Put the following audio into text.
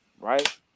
Right